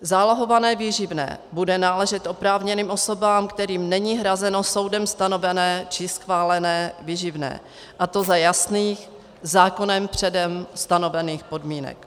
Zálohované výživné bude náležet oprávněným osobám, kterým není hrazeno soudem stanovené či schválené výživné, a to za jasných, zákonem předem stanovených podmínek.